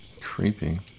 Creepy